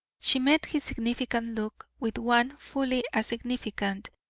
she met his significant look with one fully as significant,